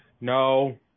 No